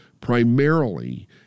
primarily